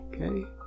okay